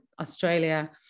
australia